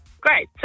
Great